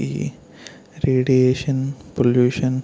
ఈ radiation pollution